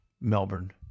Melbourne